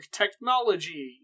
technology